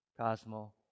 Cosmo